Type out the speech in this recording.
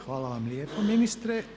Hvala vam lijepo ministre.